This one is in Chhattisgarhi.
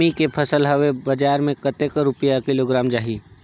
सेमी के फसल हवे बजार मे कतेक रुपिया किलोग्राम जाही?